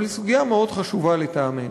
אבל היא מאוד חשובה לטעמי,